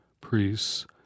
priests